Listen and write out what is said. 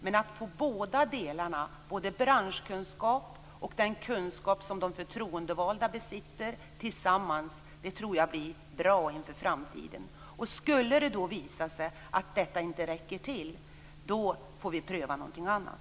Men att få båda delarna - både branschkunskap och den kunskap som de förtroendevalda besitter tillsammans - tror jag blir bra inför framtiden. Skulle det visa sig att detta inte räcker till, får vi pröva någonting annat.